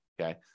Okay